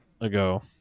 ago